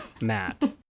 Matt